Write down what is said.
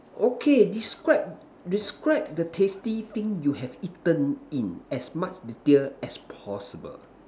okay describe describe the tasty thing you have eaten in as much detail as possible